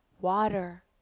water